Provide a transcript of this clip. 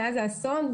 מאז האסון,